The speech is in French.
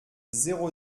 zéro